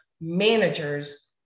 managers